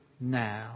now